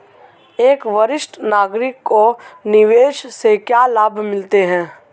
एक वरिष्ठ नागरिक को निवेश से क्या लाभ मिलते हैं?